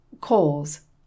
Calls